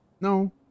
No